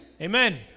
Amen